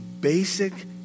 basic